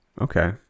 Okay